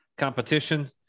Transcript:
competition